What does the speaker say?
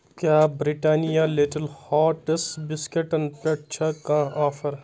کیٛاہ Britannia little hearts بِسکِٹن پٮ۪ٹھ چھا کانٛہہ آفر